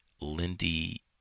Lindy